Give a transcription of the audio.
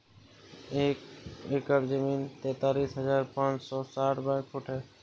एक एकड़ जमीन तैंतालीस हजार पांच सौ साठ वर्ग फुट है